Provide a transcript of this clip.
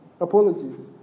Apologies